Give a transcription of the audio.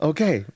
Okay